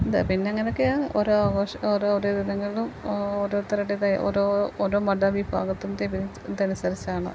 എന്താ പിന്നെങ്ങനെയൊക്കെയാണ് ഓരോ ആഘോഷ ഓരോ അവധി ദിനങ്ങളിലും ഓരോരുത്തരുടേതായ ഓരോ ഓരോ മതവിഭാഗത്തു നിന്നും ഇതനുസരിച്ചാണ്